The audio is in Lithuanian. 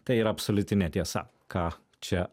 tai yra absoliuti netiesa ką čia